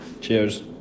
Cheers